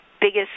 biggest